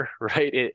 right